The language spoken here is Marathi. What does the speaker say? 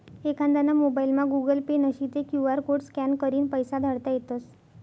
एखांदाना मोबाइलमा गुगल पे नशी ते क्यु आर कोड स्कॅन करीन पैसा धाडता येतस